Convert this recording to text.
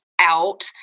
out